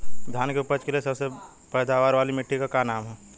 धान की उपज के लिए सबसे पैदावार वाली मिट्टी क का नाम ह?